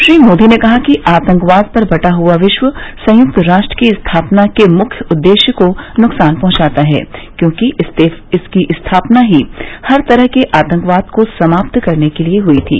श्री मोदी ने कहा कि आतंकवाद पर बटा हुआ विश्व संयुक्त राष्ट्र की स्थापना के मुख्य उद्देश्य को नुकसान पहुंचाता है क्योंकि इसकी स्थापना ही हर तरह के आतंकवाद को समाप्त करने के लिए हुई थी